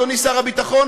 אדוני שר הביטחון,